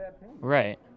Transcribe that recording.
Right